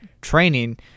training